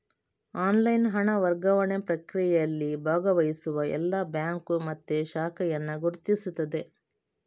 online ಹಣ ವರ್ಗಾವಣೆ ಪ್ರಕ್ರಿಯೆಯಲ್ಲಿ ಭಾಗವಹಿಸುವ ಎಲ್ಲಾ ಬ್ಯಾಂಕು ಮತ್ತೆ ಶಾಖೆಯನ್ನ ಗುರುತಿಸ್ತದೆ